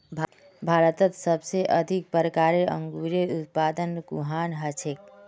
भारतत सबसे अधिक प्रकारेर अंगूरेर उत्पादन कुहान हछेक